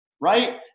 right